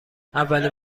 اولین